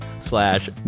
slash